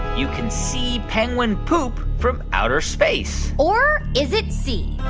you can see penguin poop from outer space? or is it c,